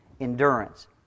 endurance